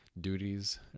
duties